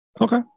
Okay